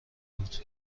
بود